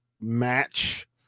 match